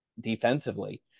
defensively